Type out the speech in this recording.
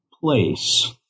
place